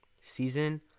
season